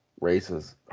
races